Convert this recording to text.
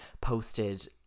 posted